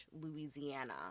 Louisiana